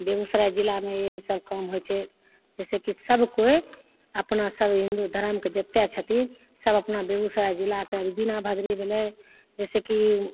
बेगूसराय जिलामे इएहसब काम होइ छै जइसेकि सब कोइ अपनासभ हिन्दू धरमके जतेक छथिन सब अपना बेगूसराय जिलाके दीना भद्री भेलै जइसेकि